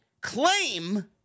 claim